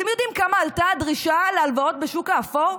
אתם יודעים כמה עלתה הדרישה להלוואות בשוק האפור?